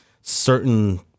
certain